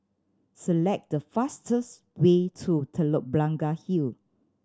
select the fastest way to Telok Blangah Hill